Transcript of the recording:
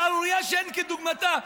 שערורייה שאין כדוגמתה.